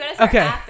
okay